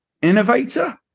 innovator